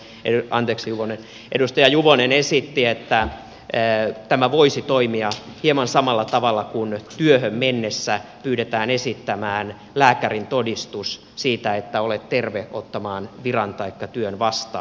anteeksi puhemies anteeksi juvonen edustaja juvonen esitti että tämä voisi toimia hieman samalla tavalla kuin työhön mennessä pyydetään esittämään lääkärintodistus siitä että olet terve ottamaan viran taikka työn vastaan